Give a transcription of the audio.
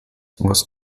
was